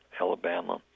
Alabama